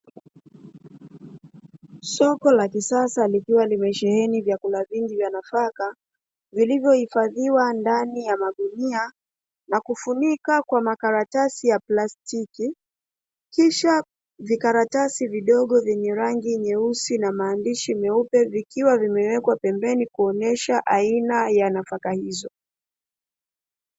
Soko la kisasa likiwa limesheheni vyakula vingi vya nafaka, vilivohifadhiwa ndani ya magunia, na kufunika kwa makaratasi ya plastiki kisha vikaratasi vidogo vyenye nyeusi na maandishi meupe vikiwa vimewekwa pembeni kuonesha aina ya nafaka hizo.